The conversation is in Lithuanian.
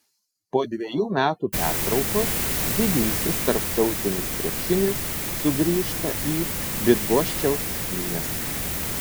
po dvejų metų pertraukos didysis tarptautinis krepšinis sugrįžta į bydgoščiaus miestą